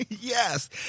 Yes